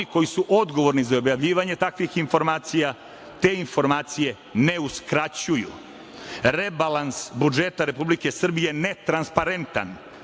koji su odgovorni za objavljivanje takvih informacija te informacije ne uskraćuju. Rebalans budžeta Republike Srbije je netransparentan,